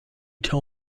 tell